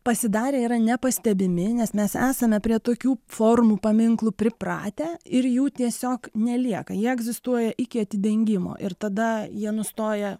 pasidarę yra nepastebimi nes mes esame prie tokių formų paminklų pripratę ir jų tiesiog nelieka jie egzistuoja iki atidengimo ir tada jie nustoja